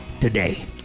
today